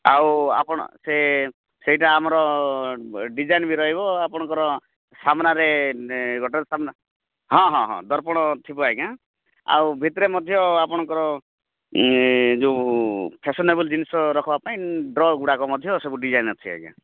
ଆଉ ଆପଣ ସେ ସେଇଟା ଆମର ଡ଼ିଜାଇନ୍ ବି ରହିବ ଆପଣଙ୍କର ସାମ୍ନାରେ ଗଡ଼୍ରେଜ୍ ସାମ୍ନା ହଁ ହଁ ହଁ ଦର୍ପଣ ଥିବ ଆଜ୍ଞା ଆଉ ଭିତରେ ମଧ୍ୟ ଆପଣଙ୍କର ଏ ଯୋଉଁ ଫ୍ୟାସନେବୁଲ୍ ଜିନଷ ରଖବାପାଇଁ ଡ଼୍ର ଗୁଡ଼ାକ ମଧ୍ୟ ସବୁ ଡ଼ିଜାଇନ୍ ଅଛି ଆଜ୍ଞା